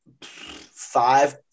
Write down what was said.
five